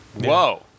Whoa